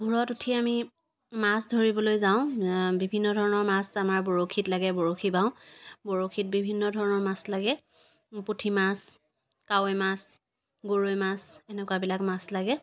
ভূৰত উঠি আমি মাছ ধৰিবলৈ যাওঁ বিভিন্ন ধৰণৰ মাছ আমাৰ বৰশীত লাগে বৰশী বাওঁ বৰশীত বিভিন্ন ধৰণৰ মাছ লাগে পুঠিমাছ কাৱৈমাছ গৰৈমাছ এনেকুৱাবিলাক মাছ লাগে